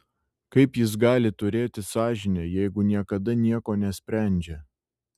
kaip jis gali turėti sąžinę jeigu niekada nieko nesprendžia